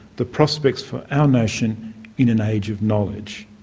the prospects for our nation in an age of knowledge.